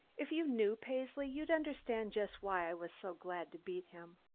if you knew paisley you'd understand just why i was so glad to beat him.